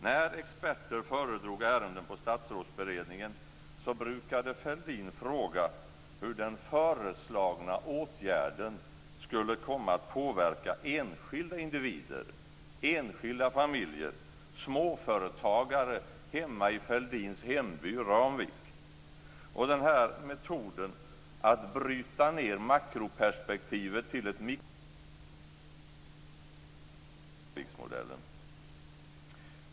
När experter föredrog ärenden på Statsrådsberedningen brukade Fälldin fråga hur den föreslagna åtgärden skulle komma att påverka enskilda individer, enskilda familjer, småföretagare hemma i Fälldins hemby Ramvik. Den här metoden att bryta ned makroperspektivet till ett mikroperspektiv har ju sedan blivit kallad Ramviksmodellen.